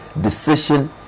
decision